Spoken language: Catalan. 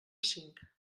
cinc